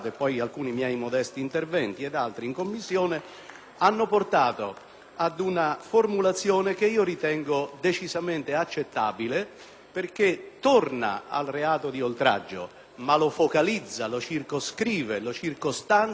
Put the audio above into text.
ha portato ad una formulazione decisamente accettabile, perché torna al reato di oltraggio ma lo focalizza, lo circoscrive e lo circostanzia dal punto di vista soggettivo ed oggettivo.